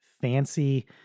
fancy